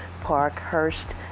Parkhurst